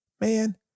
man